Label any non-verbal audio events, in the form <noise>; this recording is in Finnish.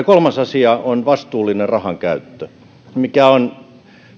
<unintelligible> kolmas asia on vastuullinen rahankäyttö mikä on